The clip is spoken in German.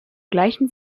gleichen